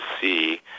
see